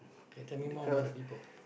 okay tell me more about the people